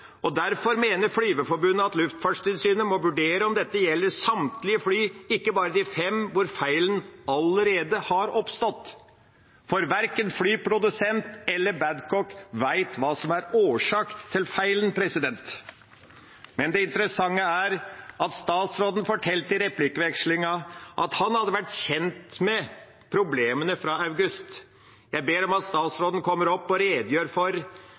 og derfor mener Flygerforbundet at Luftfartstilsynet må vurdere om dette gjelder samtlige fly, ikke bare de fem hvor feilen allerede har oppstått, for verken flyprodusent eller Babcock vet hva som er årsak til feilen. Men det interessante er at statsråden fortalte i replikkvekslingen at han hadde vært kjent med problemet siden august. Jeg ber om at statsråden kommer opp og redegjør for